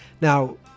Now